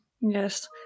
Yes